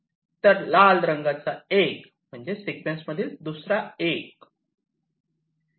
तसेच लाल रंगाचा 1 म्हणजे मध्ये सिक्वेन्स मधील दुसरा 1